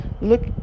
Look